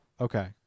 Okay